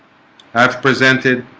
i've presented